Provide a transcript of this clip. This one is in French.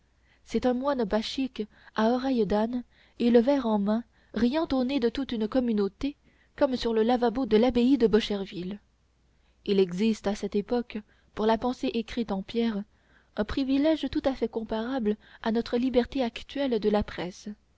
c'est un moine bachique à oreilles d'âne et le verre en main riant au nez de toute une communauté comme sur le lavabo de l'abbaye de bocherville il existe à cette époque pour la pensée écrite en pierre un privilège tout à fait comparable à notre liberté actuelle de la presse